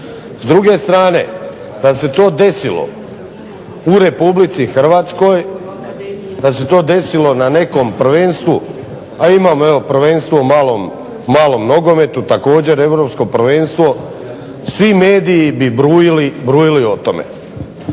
S druge strane da se to desilo u Republici Hrvatskoj, da se to desilo na nekom prvenstvu, a imamo evo prvenstvo u malom nogometu, također Europsko prvenstvo, svi mediji bi brujali o tome.